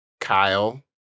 Kyle